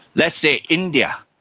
let's say india,